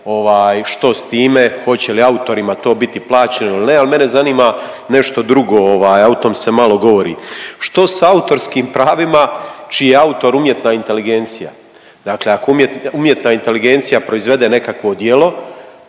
što s time, hoće li autorima to biti plaćeno ili ne. Ali mene zanima nešto drugo, a o tom se malo govori. Što sa autorskim pravima čiji je autor umjetna inteligencija? Dakle, ako umjetna inteligencija proizvede nekakvo djelo